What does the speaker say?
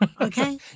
Okay